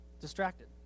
distracted